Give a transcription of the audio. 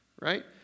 Right